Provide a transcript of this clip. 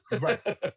right